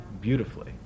beautifully